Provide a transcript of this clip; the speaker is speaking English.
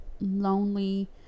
lonely